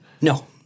No